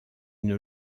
une